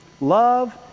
Love